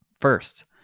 First